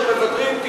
89 מוותרים.